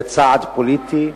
זה צעד פוליטי,